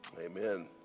amen